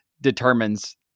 determines